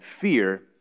fear